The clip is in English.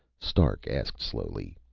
stark asked slowly,